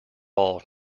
all